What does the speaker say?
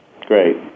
Great